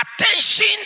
attention